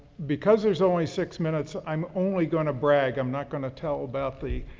because there's only six minutes, i'm only going to brag, i'm not going to tell about the,